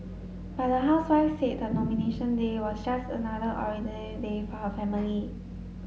but the housewife said the Nomination Day was just another ordinary day for her family